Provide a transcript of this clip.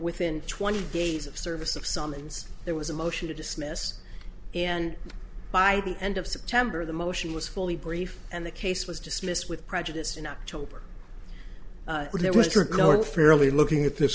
within twenty days of service of summons there was a motion to dismiss and by the end of september the motion was fully briefed and the case was dismissed with prejudice in october when there was no fairly looking at this